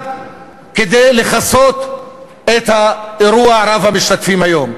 כדי לכסות את האירוע רב-המשתתפים היום,